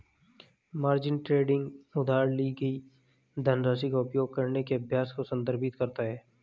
margin trading उधार ली गई धनराशि का उपयोग करने के अभ्यास को संदर्भित करता है